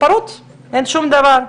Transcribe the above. הוא פרוץ, אין שום דבר.